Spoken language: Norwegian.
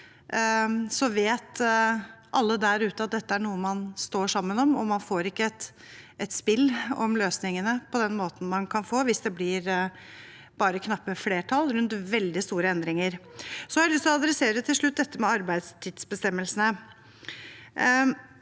krevende grep, vet at dette er noe man står sammen om, og at man ikke får et spill om løsningene på den måten man kan få hvis det blir bare knappe flertall rundt veldig store endringer. Til slutt har jeg lyst til å ta opp dette med arbeidstidsbestemmelsene.